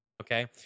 Okay